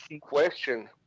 question